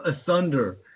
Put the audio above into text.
asunder